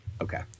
Okay